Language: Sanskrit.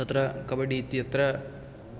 तत्र कबड्डी इत्यत्र